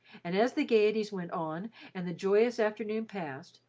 and as the gayeties went on and the joyous afternoon passed,